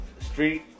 street